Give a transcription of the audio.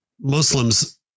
Muslims